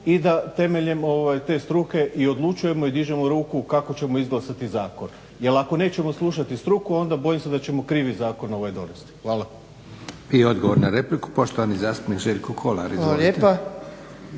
i da temeljem te struke i odlučujemo i dižemo ruku kako ćemo izglasati zakon jer ako nećemo slušati struku onda bojim se da ćemo krivi zakon donesti. Hvala. **Leko, Josip (SDP)** I odgovor na repliku poštovani zastupnik Željko Kolar. **Kolar,